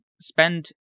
spend